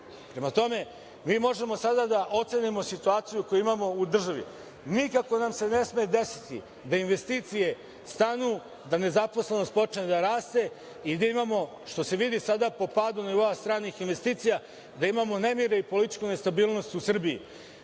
tome, mi možemo sada da ocenimo situaciju koju imamo u državi, nikako nam se ne sme desiti da investicije stanu, da nezaposlenost počne da raste i da imamo, što se vidi sada po padu nivoa stranih investicija, nemire i političku nestabilnost u Srbiji.